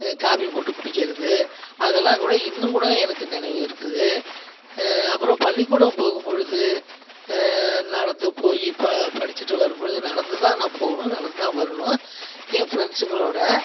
coffee போட்டு குடிக்கிறது அதெலாம் கூட இன்னும் கூட எனக்கு நினைவு இருக்குது அப்புறம் பள்ளிக்கூடம் போகும்பொழுது நடந்து போய் படிச்சுட்டு வரும்பொழுது நடந்துதான் நான் போகணும் நடந்து தான் வரணும் என் ஃபிரண்ட்ஸுங்களோடு